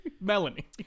Melanie